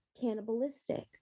Cannibalistic